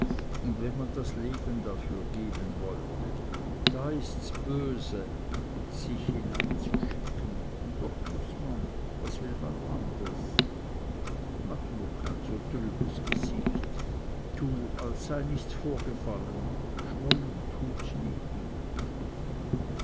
und wenn man das leben dafür geben wollte da ists böse sich hineinzuschicken und doch muß man was will man anders mach nur kein so trübes gesicht tue als sei gar nichts vorgefallen schmollen tut nie gut